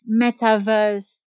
metaverse